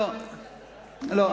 לא,